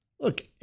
look